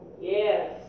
Yes